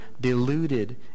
deluded